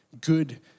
good